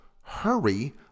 hurry